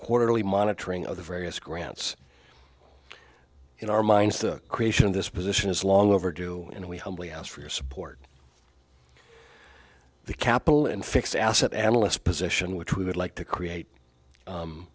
quarterly monitoring of the various grants in our minds the creation of this position is long overdue and we humbly ask for your support the capital and fixed asset analyst position which we would like to create